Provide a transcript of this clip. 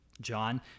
John